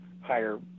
higher